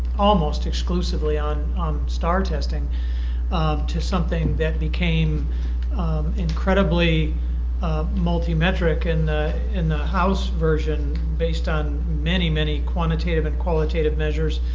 almost exclusively on on staar testing um to something that became incredibly ah multimetric and in the house version based on many, many quantitative and qualitative measures